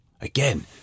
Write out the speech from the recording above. Again